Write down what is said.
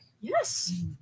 yes